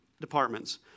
departments